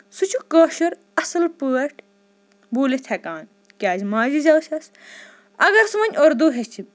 سُہ چھُ کٲشُر اَصٕل پٲٹھۍ بوٗلِتھ ہٮ۪کان تِکیازِ ماجہِ زیو چھَس اَگر سُہ وۄنۍ اردوٗ ہٮ۪چھِ